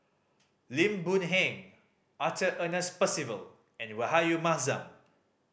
Lim Boon Heng Arthur Ernest Percival and Rahayu Mahzam